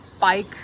Bike